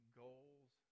goals